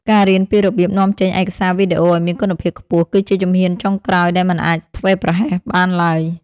ការរៀនពីរបៀបនាំចេញឯកសារវីដេអូឱ្យមានគុណភាពខ្ពស់គឺជាជំហានចុងក្រោយដែលមិនអាចធ្វេសប្រហែសបានឡើយ។